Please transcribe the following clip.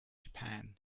japan